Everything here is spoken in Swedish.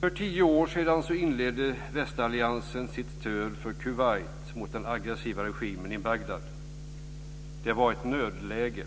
För tio år sedan inledde västalliansen sitt stöd för Kuwait mot den aggressiva regimen i Bagdad. Det var ett nödläge,